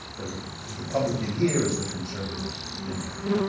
the republican here is the conservatives in in england.